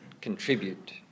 contribute